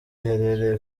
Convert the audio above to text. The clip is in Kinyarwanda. iherereye